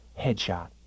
headshot